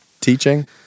teaching